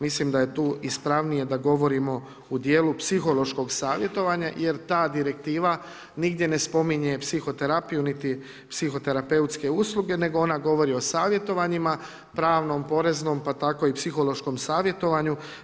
Mislim da je tu ispravnije da govorimo u dijelu psihološkog savjetovanja, jer ta direktiva nigdje ne spominje psihoterapiju niti psihoterapeutske usluge, nego ona govori o savjetovanju, pravnom, poreznom, pa tako i psihološkom savjetovanju.